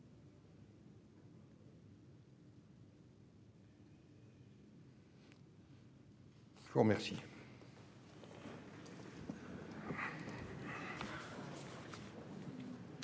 je vous remercie